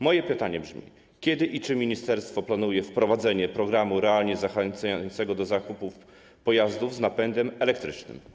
Moje pytanie brzmi: Kiedy i czy ministerstwo planuje wprowadzenie programu realnie zachęcającego do zakupu pojazdów z napędem elektrycznym?